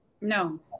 No